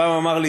שפעם אמר לי,